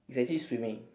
it's actually swimming